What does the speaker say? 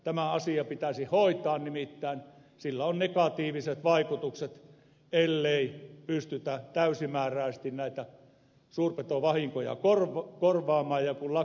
tämä asia pitäisi hoitaa nimittäin sillä on negatiiviset vaikutukset ellei pystytä täysimääräisesti näitä suurpetovahinkoja korvaamaan